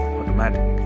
automatic